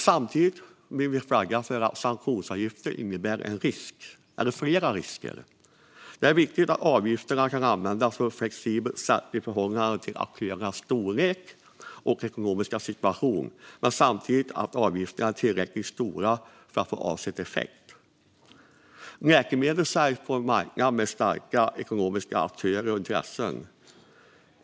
Samtidigt vill vi flagga för att sanktionsavgifter innebär risker. Det är viktigt att avgifterna kan användas på ett flexibelt sätt i förhållande till aktörernas storlek och ekonomiska situation men samtidigt att avgifterna är tillräckligt stora för att få avsedd effekt. Läkemedel säljs på en marknad med starka ekonomiska aktörer och intressen.